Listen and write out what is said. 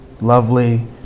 lovely